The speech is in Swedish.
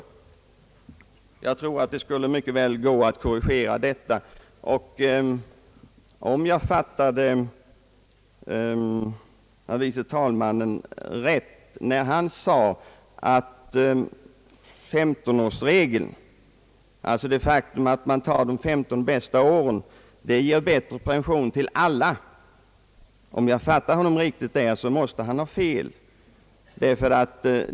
Jag tror att det mycket väl skulle kunna gå att korrigera detta. Om jag fatiade herr förste vice talmannen rätt när han påstod att 15-årsregeln, alltså det faktum att man tar de 15 bästa åren, i och för ger bättre pension åt alla, måste han ha fel.